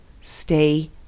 stay